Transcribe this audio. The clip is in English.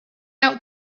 out